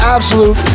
Absolute